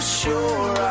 sure